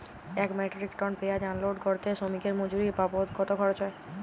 এক metric ton পেঁয়াজ unload করতে শ্রমিকের মজুরি বাবদ কত খরচ হয়?